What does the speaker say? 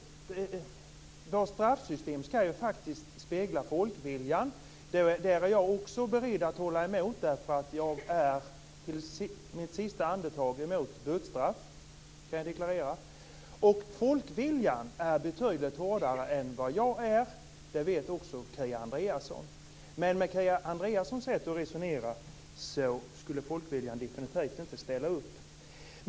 Vårt straffsystem skall ju spegla folkviljan. Där är också jag beredd att hålla emot. Jag är till mitt sista andetag emot dödsstraff. Det kan jag deklarera. Folkviljan är betydligt hårdare än vad jag är. Det vet också Kia Andreasson. Folkviljan skulle definitivt inte ställa upp på Kia Andreassons sätt att resonera.